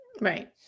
Right